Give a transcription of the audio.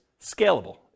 scalable